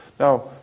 Now